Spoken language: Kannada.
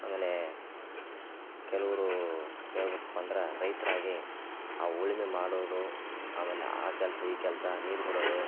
ಆಮೇಲೆ ಕೆಲವ್ರು ಹೇಳ್ಬೇಕಪ್ಪ ಅಂದ್ರೆ ರೈತ್ರಾಗಿ ಆ ಉಳುಮೆ ಮಾಡೋದು ಆಮೇಲೆ ಆ ಕೆಲಸ ಈ ಕೆಲಸ ನೀರು ಬಿಡೋದು